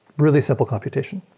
really simple competition.